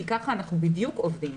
כי ככה בדיוק אנחנו עובדים.